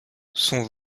son